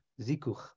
zikuch